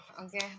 okay